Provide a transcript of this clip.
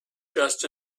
just